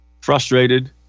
frustrated